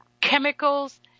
chemicals